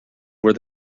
where